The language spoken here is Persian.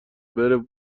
بره